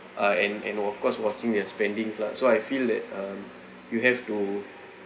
uh and and of course watching their spending lah so I feel that um you have to